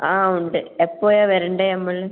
ആ ഉണ്ട് എപ്പോഴാണു വരണ്ടത് നമ്മൾ